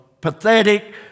pathetic